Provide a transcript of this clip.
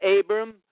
Abram